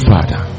Father